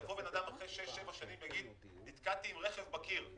יבוא בן אדם אחרי שש-שבע שנים ויגיד שהוא נתקע עם רכב בקיר,